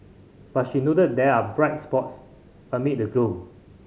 but she noted there are bright spots amid the gloom